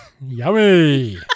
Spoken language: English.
Yummy